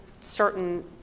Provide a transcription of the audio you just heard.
certain